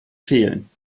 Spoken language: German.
fehlen